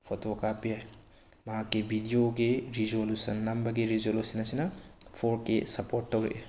photo ꯀꯥꯞꯄ ꯌꯥꯏ ꯃꯍꯥꯛꯀꯤ ꯕꯤꯗꯤꯑꯣꯒꯤ ꯔꯤꯖꯣꯂꯨꯁꯟ ꯅꯝꯕꯒꯤ ꯔꯤꯖꯣꯂꯨꯁꯟ ꯑꯁꯤꯅ ꯐꯣꯔ ꯀꯦ ꯁꯞꯄꯣꯔꯠ ꯇꯧꯔꯛꯏ